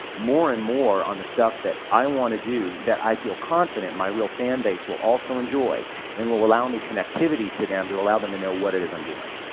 more and more on the stuff that i wanna do that i feel confident my real fan base will also enjoy and will allow me connectivity to them to allow them to know what it is i'm doing.